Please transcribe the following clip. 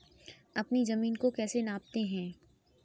अपनी जमीन को कैसे नापते हैं?